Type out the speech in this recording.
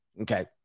Okay